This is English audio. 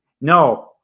No